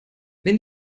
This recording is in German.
wenn